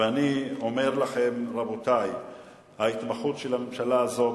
אני אומר לכם, רבותי, ההתמחות של הממשלה הזאת,